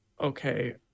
Okay